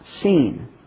seen